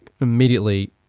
immediately